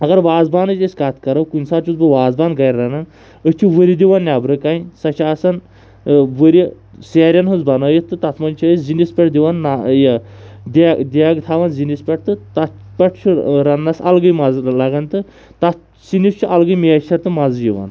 اگر وازوانٕچ أسۍ کَتھ کَرو کُنہِ ساتہٕ چھُس بہٕ وازوان گَرِ رَنَان أسۍ چھِ وٕرِ دِوَان نٮ۪برٕ کَنۍ سۄ چھِ آسَان وٕرِ سیرٮ۪ن ہٕنٛز بَنٲیِتھ تہٕ تَتھ منٛز چھِ أسۍ زِنِس پٮ۪ٹھ دِوَان نہ یہِ دے دیگہٕ تھَاوَان زِنِس پٮ۪ٹھ تہٕ تَتھ پٮ۪ٹھ چھُ رَننَس الگٕے مَزٕ لَگَان تہٕ تَتھ سِنِس چھِ الگٕے میچھَر تہٕ مَزٕ یِوَان